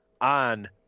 on